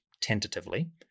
tentatively